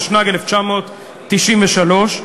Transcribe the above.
התשנ"ג 1993,